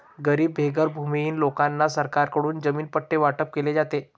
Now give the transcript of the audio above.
गरीब बेघर भूमिहीन लोकांना सरकारकडून जमीन पट्टे वाटप केले जाते